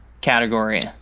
category